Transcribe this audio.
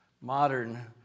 modern